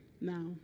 Now